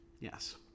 Yes